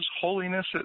holiness